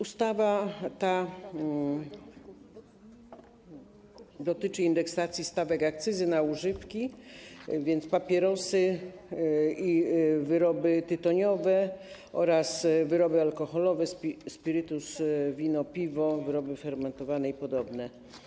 Ustawa ta dotyczy indeksacji stawek akcyzy na używki, więc papierosy, wyroby tytoniowe oraz wyroby alkoholowe, spirytus, wino, piwo, wyroby fermentowane i podobne.